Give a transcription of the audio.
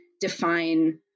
define